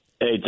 Hey